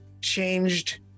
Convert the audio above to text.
changed